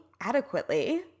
adequately